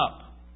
up